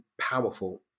powerful